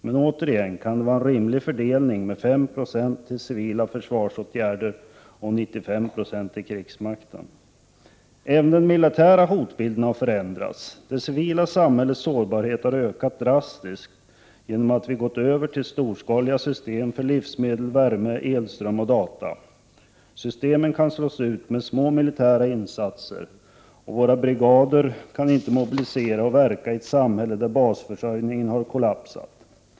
Men, återigen, kan det vara en rimlig fördelning med 5 Pe till civila försvarsåtgärder och 95 9> till krigsmakten? Även den militära hotbilden har förändrats. Det civila samhällets sårbarhet har ökat drastiskt genom att vi gått över till storskaliga system för livsmedel, värme, elström och data. Systemen kan slås ut med små militära Prot. 1988/89:91 insatser, och våra brigader kan inte mobilisera och verka i ett samhälle där 6 april 1989 basförsörjningen har kollapsat.